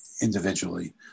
individually